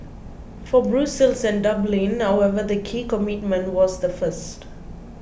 for Brussels and Dublin however the key commitment was the first